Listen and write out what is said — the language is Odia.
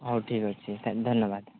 ହଉ ଠିକ୍ ଅଛି ସାର୍ ଧନ୍ୟବାଦ